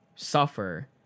suffer